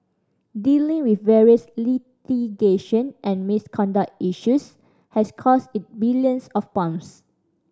dealing with various litigation and misconduct issues has cost it billions of pounds